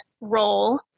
role